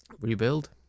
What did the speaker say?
Rebuild